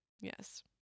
Yes